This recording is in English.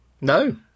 No